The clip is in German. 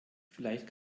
vielleicht